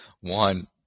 one